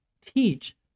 teach